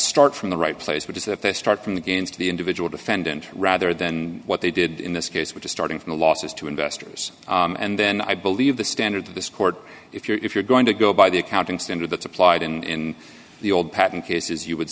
start from the right place which is if they start from the gains to the individual defendant rather than what they did in this case which is starting from the losses to investors and then i believe the standard to this court if you're if you're going to go by the accounting standard that's applied in the old patent cases you would